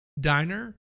diner